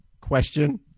question